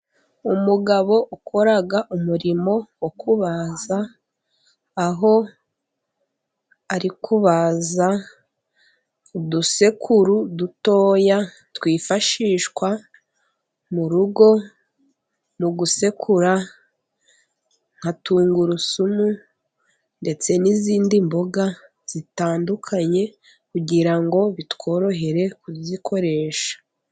Imugabo ukora umurimo wo kubabaza, aho arikubaza udusekuru dutoya, twifashishwa mu rugo, mu gusekura nka tungurusumu, ndetse n'izindi mboga zitandukanye kugirango bitworohere kuzikoresha.